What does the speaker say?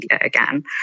again